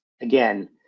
again